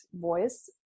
voice